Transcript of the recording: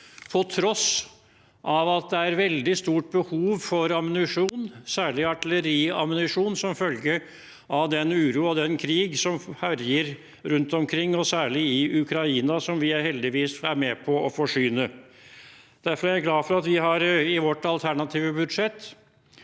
på tross av at det er veldig stort behov for ammunisjon, særlig artilleriammunisjon, som følge av den uro og den krig som herjer rundt omkring, og særlig i Ukraina, som vi heldigvis er med på å forsyne. Derfor er jeg glad for at vi i vårt alternative budsjett